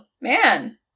Man